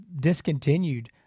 discontinued